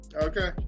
Okay